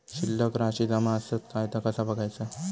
शिल्लक राशी जमा आसत काय ता कसा बगायचा?